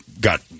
got